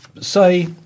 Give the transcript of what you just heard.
say